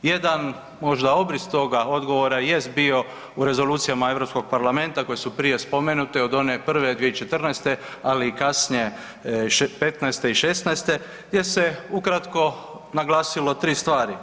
Jedan možda obris toga odgovora jest bio u rezolucija Europskog parlamenta koje su prije spomenute od one prve 2014., ali i kasnije '15.-te i '16.-te gdje se ukratko naglasilo 3 stvari.